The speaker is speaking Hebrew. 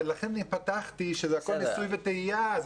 לכן אמרתי קודם שהכול ניסוי וטעייה.